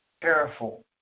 careful